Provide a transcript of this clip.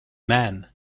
man